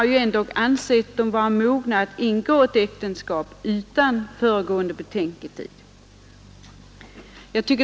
Man har ändock ansett dem vara mogna att ingå äktenskap 30 maj 1973 utan föregående betänketid.